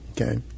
Okay